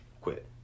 quit